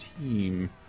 team